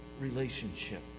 relationship